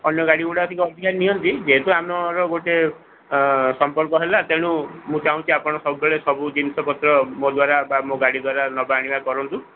ଅନ୍ୟ ଗାଡ଼ି ଗୁଡ଼ା କିନ୍ତୁ ଅଧିକ ନିଅନ୍ତି ଯେହେତୁ ଆମର ଗୋଟେ ସମ୍ପର୍କ ହେଲା ତେଣୁ ମୁଁ ଚାଁହୁଛି ଆପଣ ସବୁବେଳେ ସବୁ ଜିନିଷ ପତ୍ର ମୋ ଦ୍ଵାରା ବା ମୋ ଗାଡ଼ି ଦ୍ଵାରା ନେବା ଆଣିବା କରନ୍ତୁ